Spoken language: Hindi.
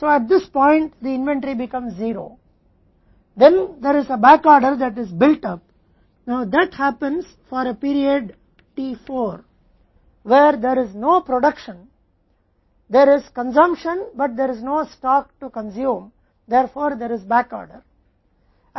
तो इस बिंदु पर इन्वेंट्री 0 हो जाता है फिर एक बैकऑर्डर है जो अभी बनाया गया है यह एक अवधि के लिए होता है t 4 जहां कोई उत्पादन नहीं है खपत है लेकिन इसलिए उपभोग करने के लिए कोई स्टॉक नहीं है बैकऑर्डर है